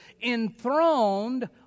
enthroned